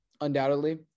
undoubtedly